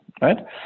right